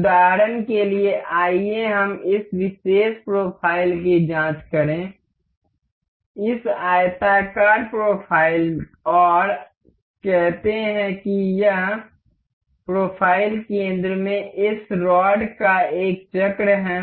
उदाहरण के लिए आइए हम इस विशेष प्रोफ़ाइल की जाँच करें इस आयताकार प्रोफ़ाइल और कहते हैं कि यह प्रोफ़ाइल केंद्र में इस रॉड का एक चक्र है